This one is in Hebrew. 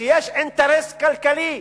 כשיש אינטרס כלכלי,